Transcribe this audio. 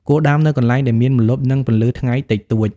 គួរដាំនៅកន្លែងដែលមានម្លប់ និងពន្លឺថ្ងៃតិចតួច។